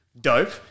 dope